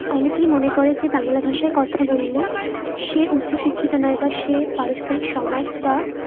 অনেকেই মনে করে যে বাংলা ভাষায় কথা বললে সে উচ্চশিক্ষিত নয় বা সে পারস্পরিক সমাজ বা